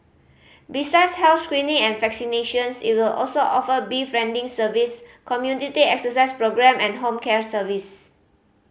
besides health screening and vaccinations it will also offer befriending service community exercise programme and home care service